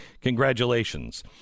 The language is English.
Congratulations